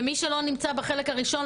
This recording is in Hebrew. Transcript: ומי שלא נמצא בחלק הראשון,